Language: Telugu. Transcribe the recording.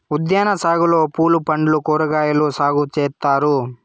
ఉద్యాన సాగులో పూలు పండ్లు కూరగాయలు సాగు చేత్తారు